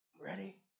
Ready